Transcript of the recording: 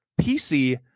PC